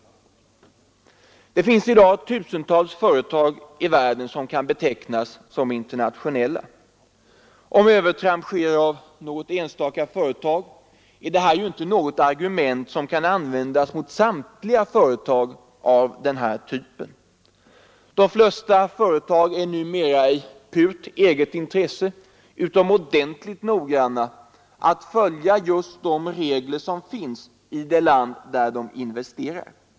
Det finns i dag tusentals företag i världen som kan betecknas som internationella. Om övertramp sker av något enstaka företag är detta inte något argument som kan användas mot samtliga företag av den här typen. De flesta företag är numera i purt eget intresse utomordentligt noga med att följa just de regler som finns i det land där de investerar.